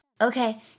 Okay